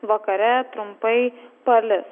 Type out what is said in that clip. vakare trumpai palis